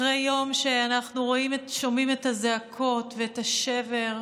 אחרי יום שבו אנחנו שומעים את הזעקות ואת השבר,